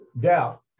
doubt